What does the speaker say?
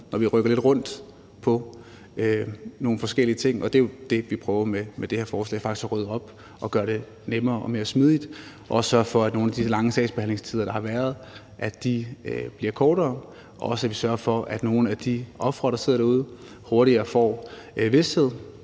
når vi rykker lidt rundt på nogle forskellige ting, og det er jo det, vi prøver med det her forslag, altså faktisk at rydde op og gøre det nemmere og mere smidigt, og også sørge for, at nogle af de lange sagsbehandlingstider, der har været, bliver kortere, og at vi sørger for, at nogle af de ofre, der sidder derude, hurtigere får vished,